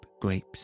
grapes